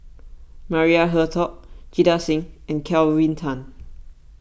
Maria Hertogh Jita Singh and Kelvin Tan